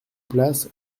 place